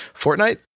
Fortnite